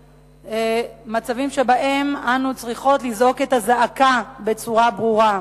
מצבים שבהם אנו צריכות לזעוק את הזעקה בצורה ברורה.